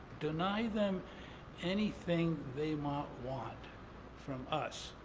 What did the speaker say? deny them anything they might want from us,